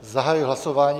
Zahajuji hlasování.